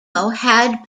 had